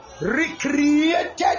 Recreated